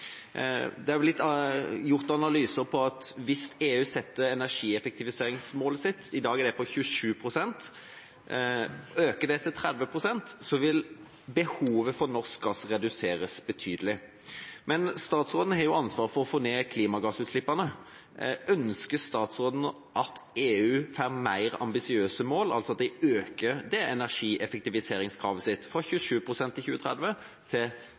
energieffektiviseringsmålet sitt – i dag er det på 27 pst. – til 30 pst., vil behovet for norsk gass reduseres betydelig. Men statsråden har jo ansvaret for å få ned klimagassutslippene. Ønsker statsråden at EU får mer ambisiøse mål, altså at de øker energieffektiviseringsmålet sitt fra 27 pst. i 2030 til